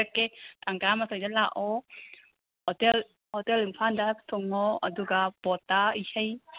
ꯍꯥꯏꯔꯛꯀꯦ ꯇꯥꯡ ꯇꯔꯥ ꯃꯥꯊꯣꯏꯗ ꯂꯥꯛꯑꯣ ꯍꯣꯇꯦꯜ ꯏꯝꯐꯥꯜꯗ ꯊꯨꯡꯉꯣ ꯑꯗꯨꯒ ꯕꯣꯠꯇ ꯏꯁꯩ